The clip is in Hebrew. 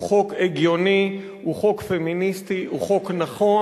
הוא חוק הגיוני, הוא חוק פמיניסטי, הוא חוק נכון.